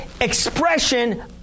expression